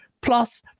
plus